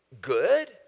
good